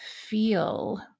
feel